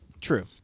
True